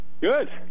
Good